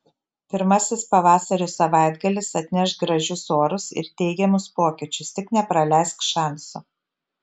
pirmasis pavasario savaitgalis atneš gražius orus ir teigiamus pokyčius tik nepraleisk šanso